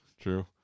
True